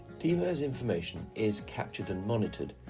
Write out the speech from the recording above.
dmirs information is captured and monitored,